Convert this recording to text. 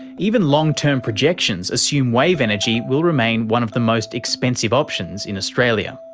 even long-term projections assume wave energy will remain one of the most expensive options in australia.